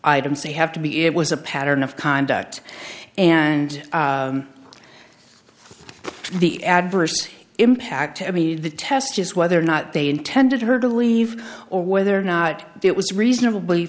say have to be it was a pattern of conduct and the adverse impact i mean the test is whether or not they intended her to leave or whether or not it was reasonably